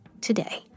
today